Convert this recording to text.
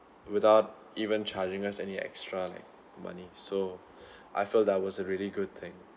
without even charging us any extra like money so I felt that was a really good thing